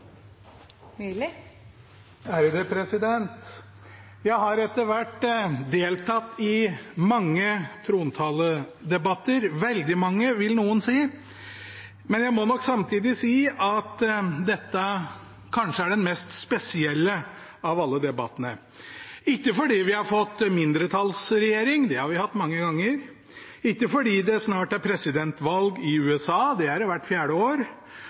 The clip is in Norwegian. Jeg har etter hvert deltatt i mange trontaledebatter – veldig mange vil noen si. Men jeg må nok samtidig si at dette kanskje er den mest spesielle av alle debattene, ikke fordi vi har fått mindretallsregjering, det har vi hatt mange ganger, ikke fordi det snart er presidentvalg i USA, det er det hvert fjerde år,